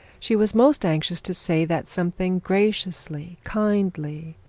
she was most anxious to say that something graciously, kindly,